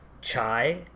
chai